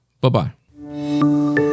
bye-bye